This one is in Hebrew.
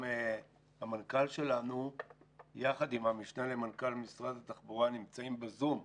המנכ"ל שלנו יחד עם המשנה למנכ"ל משרד התחבורה נמצאים בזום,